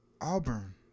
Auburn